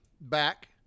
back